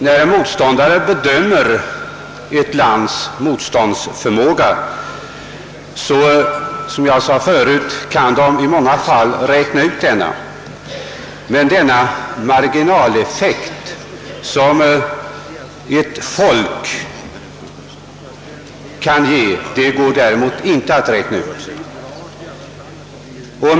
När en motståndare bedömer ett lands motståndsförmåga kan den som sagt ganska väl beräkna densamma, men den marginaleffekt som ett sela folkets motstånd kan ge går däremot inte att på samma sätt räkna fram.